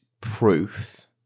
proof